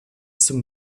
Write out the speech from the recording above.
zum